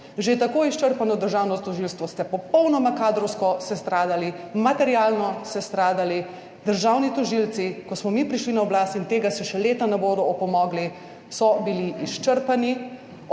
Že tako izčrpano državno tožilstvo ste popolnoma kadrovsko sestradali, materialno sestradali, državni tožilci, ko smo mi prišli na oblast in tega si še leta ne bodo opomogli, so bili izčrpani